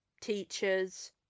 teachers